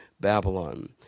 Babylon